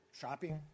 shopping